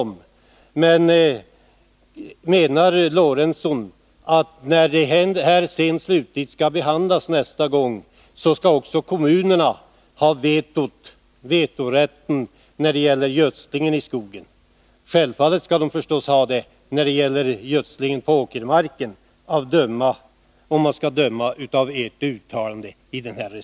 Men menar Sven Eric Lorentzon att kommunerna, när denna fråga slutgiltigt skall behandlas nästa gång, skall få vetorätten när det gäller gödslingen i skogen? Om man skall döma av moderaternas uttalande i reservation 2, skall ju kommunerna ha vetorätt när det gäller gödsling på åkermark.